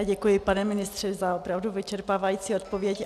Děkuji, pane ministře, za opravdu vyčerpávající odpověď.